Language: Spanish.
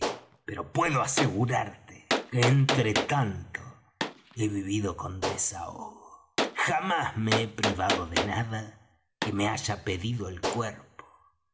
pero puedo asegurarte que entre tanto he vivido con desahogo jamás me he privado de nada que me haya pedido el cuerpo